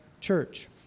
church